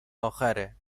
آخره